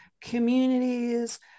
communities